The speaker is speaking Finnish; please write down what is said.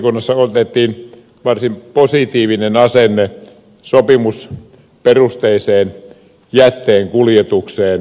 talousvaliokunnassa otettiin varsin positiivinen asenne sopimusperusteiseen jätteenkuljetukseen